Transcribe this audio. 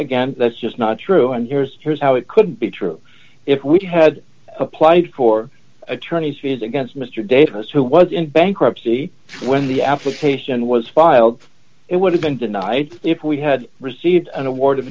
again that's just not true and here's how it could be true if we had applied for attorney fees against mr davis who was in bankruptcy when the application was filed it would have been denied if we had received an award of